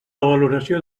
valoració